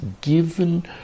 given